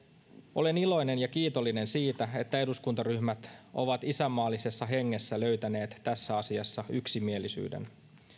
olen iloinen ja kiitollinen siitä että eduskuntaryhmät ovat isänmaallisessa hengessä löytäneet tässä asiassa yksimielisyyden